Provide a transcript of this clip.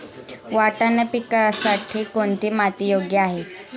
वाटाणा पिकासाठी कोणती माती योग्य आहे?